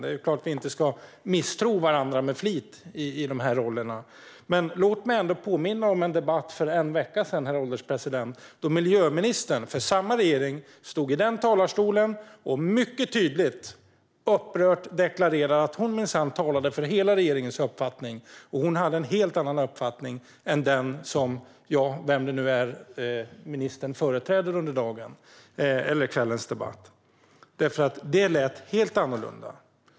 Det är klart att vi inte ska misstro varandra med flit i de här rollerna. Men låt mig ändå påminna om en debatt för en vecka sedan, herr ålderspresident, då miljöministern i samma regering stod här i talarstolen och mycket tydligt och upprört deklarerade att hon minsann talade för hela regeringens uppfattning. Och hon hade en helt annan uppfattning än den, vem det nu är, som ministern företräder under kvällens debatt har. Det lät helt annorlunda.